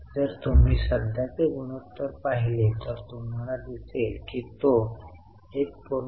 जर तुम्ही सध्याचे गुणोत्तर पाहिले तर तुम्हाला दिसेल की तो 1